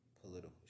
political